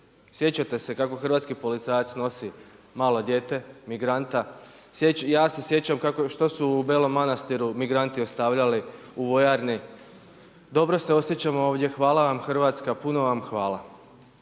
Sjećate se kako hrvatski policajac nosi malo dijete, migranta, ja se sjećam što su u Belom Manastiru migranti ostavljali u vojarni. Dobro se osjećam ovdje, hvala vam Hrvatska, puno vam hvala.